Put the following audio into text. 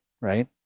right